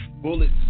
Bullets